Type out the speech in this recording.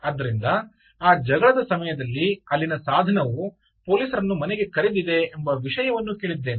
ಆದ್ದರಿಂದ ಆ ಜಗಳದ ಸಮಯದಲ್ಲಿ ಅಲ್ಲಿನ ಸಾಧನವು ಪೊಲೀಸರನ್ನು ಮನೆಗೆ ಕರೆದಿದೆ ಎಂಬ ವಿಷಯವನ್ನು ಕೇಳಿದ್ದೇನೆ